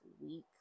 week